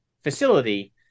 facility